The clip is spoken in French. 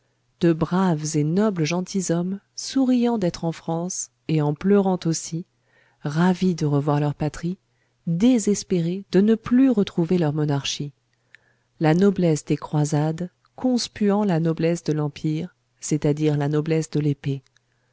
de braves et nobles gentilshommes souriant d'être en france et en pleurant aussi ravis de revoir leur patrie désespérés de ne plus retrouver leur monarchie la noblesse des croisades conspuant la noblesse de l'empire c'est-à-dire la noblesse de l'épée